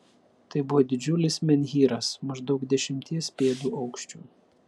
tai buvo didžiulis menhyras maždaug dešimties pėdų aukščio